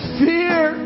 fear